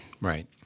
Right